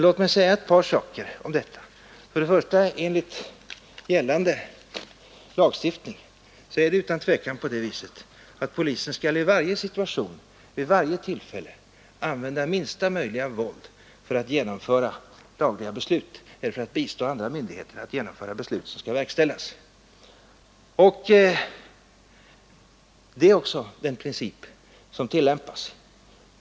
Jag vill framhålla att enligt gällande lagstiftning är det utan tvivel så, att polisen i varje situation, vid varje tillfälle skall använda minsta möjliga våld för att genomföra lagliga beslut och för att bistå andra myndigheter att genomföra beslut som skall verkställas. Det är också den princip som tillämpas i praktiken.